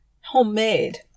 homemade